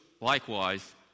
likewise